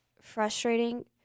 frustrating